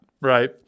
right